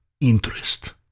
interest